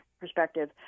perspective